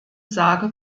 sage